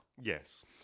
Yes